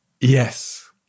Yes